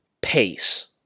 pace